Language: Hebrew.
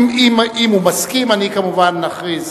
אם הוא מסכים אני כמובן אכריז,